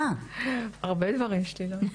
הרבה דברים.